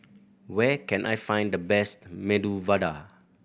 where can I find the best Medu Vada